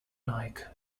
nike